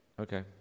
okay